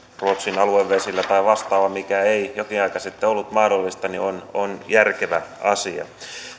ruotsin aluevesillä tai vastaavaa mikä ei jokin aika sitten ollut mahdollista on on järkevä asia